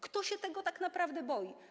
Kto się tego tak naprawdę boi?